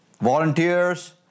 volunteers